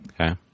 Okay